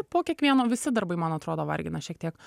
po kiekvieno visi darbai man atrodo vargina šiek tiek